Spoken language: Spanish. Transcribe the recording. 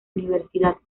universidad